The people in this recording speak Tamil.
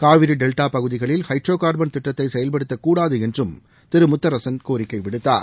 காவிரி டெல்டா பகுதிகளில் ஹைட்ரோ கா்பன் திட்டத்தை செயல்படுத்தக்கூடாது என்றும் திரு முத்தரசன் கோரிக்கை விடுத்தார்